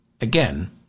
again